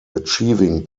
achieving